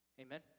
Amen